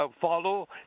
follow